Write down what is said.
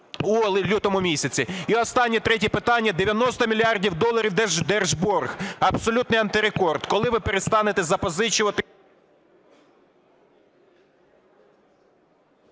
у лютому місяці? І останнє третє питання. 90 мільярдів доларів держборг – абсолютний антирекорд. Коли ви перестанете запозичувати…?